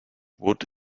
wood